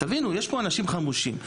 תבינו: יש פה אנשים חמושים,